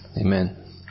Amen